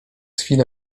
chwilę